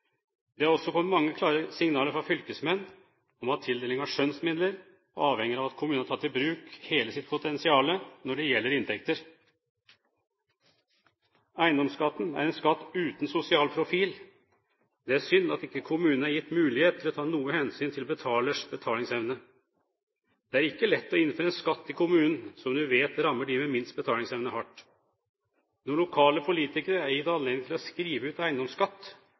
Det er også kommet mange klare signaler fra fylkesmenn om at tildeling av skjønnsmidler er avhengig av at kommunene har tatt i bruk hele sitt potensial når det gjelder inntekter. Eiendomsskatten er en skatt uten sosial profil. Det er synd at ikke kommunene er gitt muligheter til å ta noe hensyn til betalers betalingsevne. Det er ikke lett å innføre en skatt i kommunen som en vet rammer dem med minst betalingsevne hardt. Når lokale politikere er gitt anledning til å skrive ut eiendomsskatt,